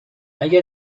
اگر